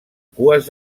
cues